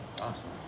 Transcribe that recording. awesome